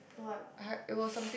what